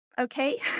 okay